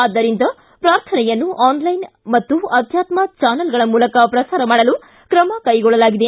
ಆದ್ದರಿಂದ ಪ್ರಾರ್ಥನೆಯನ್ನು ಆನ್ಲೈನ್ ಮತ್ತು ಆಧ್ಯಾತ್ಮ ಚಾನೆಲ್ಗಳ ಮೂಲಕ ಪ್ರಸಾರ ಮಾಡಲು ಕ್ರಮ ಕೈಗೊಳ್ಳಲಾಗಿದೆ